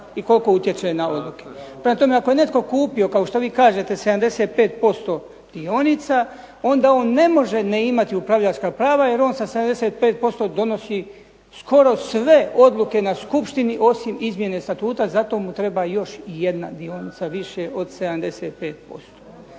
i koliko utječe na odluke. Prema tome, ako je netko kupio kao što vi kažete 75% dionica, onda on ne može ne imati upravljačka prava jer on sa 75% donosi skoro sve odluke na skupštini osim izmjene statuta i zato mu treba još jedna dionica više od 75%.